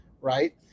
right